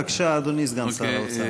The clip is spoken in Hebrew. בבקשה, אדוני סגן שר האוצר.